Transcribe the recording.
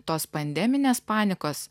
tos pandeminės panikos